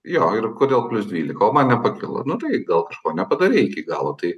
jo ir kodėl plius dvylika o man nepakilo nu tai gal kažko nepadarei iki galo tai